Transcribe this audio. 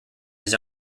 his